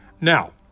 Now